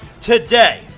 today